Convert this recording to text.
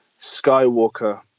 Skywalker